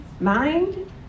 mind